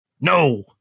No